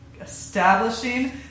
establishing